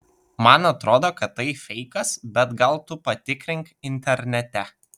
man atrodo kad tai feikas bet gal tu patikrink internete